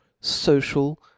social